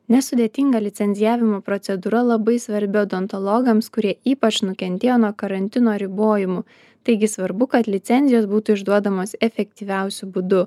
nesudėtinga licencijavimo procedūra labai svarbi odontologams kurie ypač nukentėjo nuo karantino ribojimų taigi svarbu kad licencijos būtų išduodamos efektyviausiu būdu